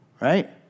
Right